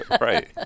right